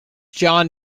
john